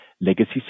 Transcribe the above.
legacy